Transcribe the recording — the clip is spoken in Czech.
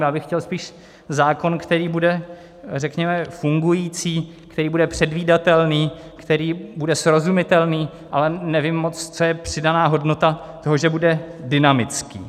Já bych chtěl spíš zákon, který bude, řekněme, fungující, který bude předvídatelný, který bude srozumitelný, ale nevím moc, co je přidaná hodnota toho, že bude dynamický.